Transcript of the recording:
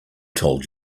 told